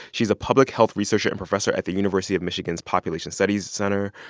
she's a public health researcher and professor at the university of michigan's population studies center.